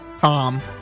Tom